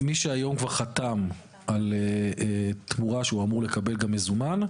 מי שהיום כבר חתם על תמורה שהוא אמור לקבל כמזומן,